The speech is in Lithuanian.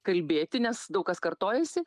kalbėti nes daug kas kartojasi